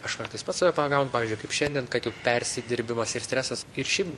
aš kartais pats save pagaunu pavyzdžiui kaip šiandien kad jau persidirbimas ir stresas ir šiaip